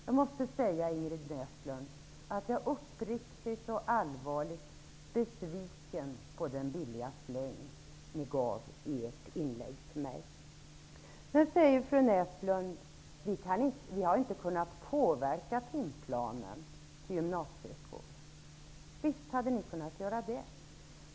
Jag måste säga, Ingrid Näslund, att jag är uppriktigt och allvarligt besviken på den billiga släng ni i kds gav mig i ert inlägg i debatten. Fru Näslund säger vidare att kds inte har kunnat påverka timplanen till gymnasieskolan. Visst hade ni i kds kunnat göra det!